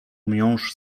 miąższ